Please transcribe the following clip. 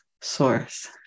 source